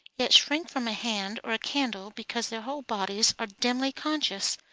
yet shrink from a hand or candle because their whole bodies are dimly conscious,